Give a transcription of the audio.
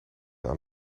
aan